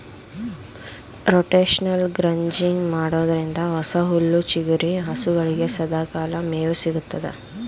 rotational grazing ಮಾಡೋದ್ರಿಂದ ಹೊಸ ಹುಲ್ಲು ಚಿಗುರಿ ಹಸುಗಳಿಗೆ ಸದಾಕಾಲ ಮೇವು ಸಿಗುತ್ತದೆ